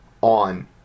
on